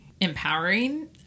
empowering